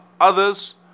others